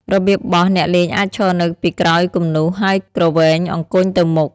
របៀបបោះ អ្នកលេងអាចឈរនៅពីក្រោយគំនូស ហើយគ្រវែងអង្គញ់ទៅមុខ។